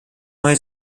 neue